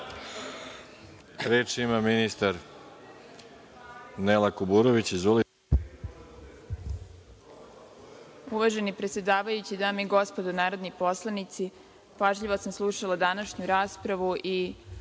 Izvolite. **Nela Kuburović** Uvaženi predsedavajući, dame i gospodo narodni poslanici, pažljivo sam slušala današnju raspravu i,